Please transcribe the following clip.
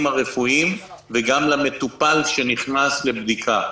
הרפואיים וגם למטופל שנכנס לבדיקה.